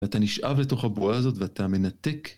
ואתה נשאב לתוך הבועה הזאת ואתה מנתק?